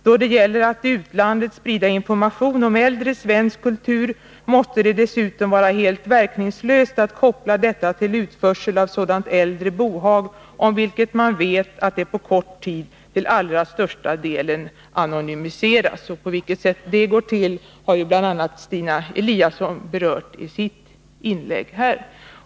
———- Då det gäller att i utlandet sprida information om äldre svensk kultur måste det dessutom vara helt verkningslöst att koppla detta till utförsel av sådant äldre bohag om vilket man vet att det på kort tid till allra största delen anonymiseras.” På vilket sätt denna anonymisering går till har bl.a. Stina Eliasson berört i sitt inlägg.